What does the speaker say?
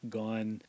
gone